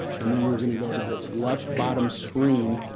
and then we're going to go to this left bottom screen.